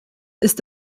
ist